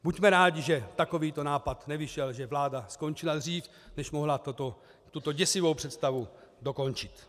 Buďme rádi, že takovýto nápad nevyšel, že vláda skončila dřív, než mohla tuto děsivou představu dokončit.